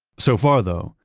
so far, though,